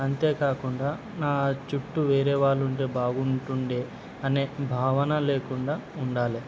అంతేకాకుండా నా చుట్టూ వేరే వాళ్ళుంటే బాగుంటుందే అనే భావన లేకుండా ఉండాలి